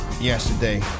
yesterday